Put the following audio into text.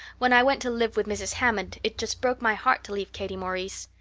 when i went to live with mrs. hammond it just broke my heart to leave katie maurice.